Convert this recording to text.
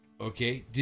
Okay